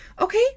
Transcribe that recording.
okay